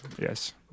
Yes